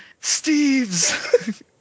Steve's